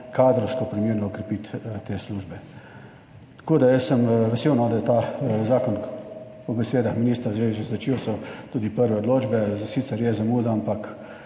kadrovsko primerno okrepiti te službe. Tako, da jaz sem vesel, no, da je ta zakon po besedah ministra zdaj že začel, so tudi prve odločbe, sicer je zamuda, ampak